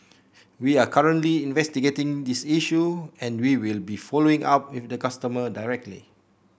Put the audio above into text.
we are currently investigating this issue and we will be following up with the customer directly